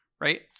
Right